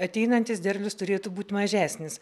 ateinantis derlius turėtų būt mažesnis